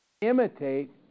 Imitate